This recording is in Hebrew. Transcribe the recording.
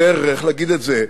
יותר, איך להגיד את זה?